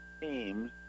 teams